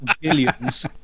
billions